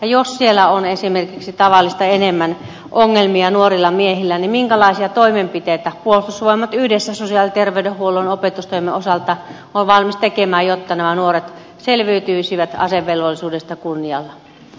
jos siellä on esimerkiksi tavallista enemmän ongelmia nuorilla miehillä niin minkälaisia toimenpiteitä puolustusvoimat yhdessä sosiaali ja terveydenhuollon opetustoimen kanssa on valmis tekemään jotta nämä nuoret selviytyisivät asevelvollisuudesta kunnialla